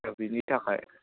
दा बिनि थाखाय